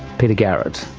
peter garrett.